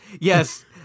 yes